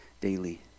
daily